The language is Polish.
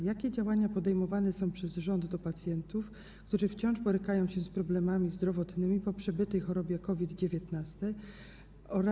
Jakie działania podejmowane są przez rząd, jeśli chodzi o pacjentów, którzy wciąż borykają się z problemami zdrowotnymi po przebytej chorobie COVID-19?